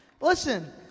listen